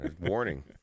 warning